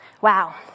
Wow